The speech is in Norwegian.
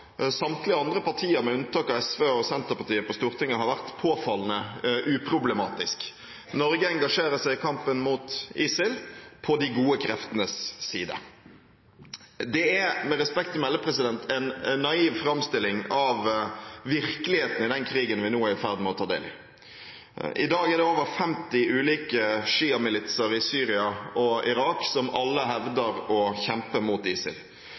partier på Stortinget, med unntak av SV og Senterpartiet, har vært påfallende uproblematisk – Norge engasjerer seg i kampen mot ISIL på de gode kreftenes side. Det er, med respekt å melde, en naiv framstilling av virkeligheten i den krigen vi nå er i ferd med å ta del i. I dag er det over 50 ulike sjiamilitser i Syria og Irak, som alle hevder å kjempe mot ISIL.